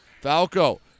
Falco